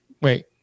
Wait